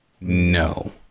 no